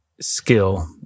skill